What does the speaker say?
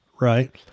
right